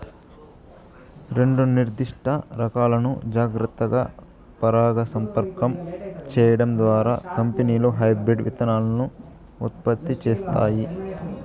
రెండు నిర్దిష్ట రకాలను జాగ్రత్తగా పరాగసంపర్కం చేయడం ద్వారా కంపెనీలు హైబ్రిడ్ విత్తనాలను ఉత్పత్తి చేస్తాయి